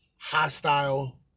hostile